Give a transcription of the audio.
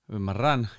Ymmärrän